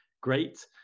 great